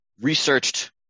Researched